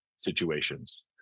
situations